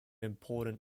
important